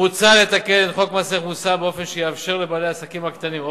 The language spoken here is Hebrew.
מוצע לתקן את חוק מס ערך מוסף באופן שיאפשר לבעלי העסקים הקטנים,